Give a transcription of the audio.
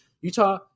Utah